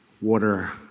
water